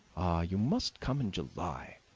you must come in july,